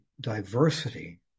diversity